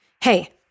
Hey